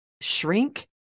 shrink